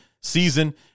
season